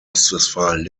ostwestfalen